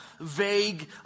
vague